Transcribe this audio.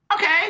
okay